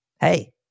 hey